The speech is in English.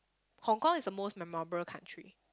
Hong-Kong is the most memorable country